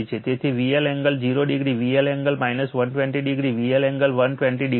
તેથી VL angle 0o VL angle 120o VL angle 120o છે